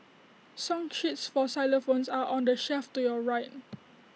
song sheets for xylophones are on the shelf to your right